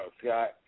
Scott